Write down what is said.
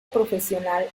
profesional